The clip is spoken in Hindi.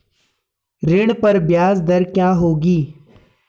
ऋण पर ब्याज दर क्या होगी?